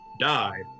died